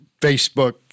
Facebook